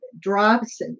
drops